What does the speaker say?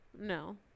No